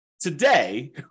today